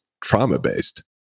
trauma-based